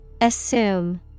Assume